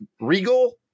Regal